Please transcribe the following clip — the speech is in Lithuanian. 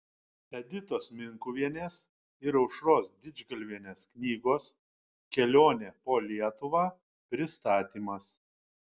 editos minkuvienės ir aušros didžgalvienės knygos kelionė po lietuvą pristatymas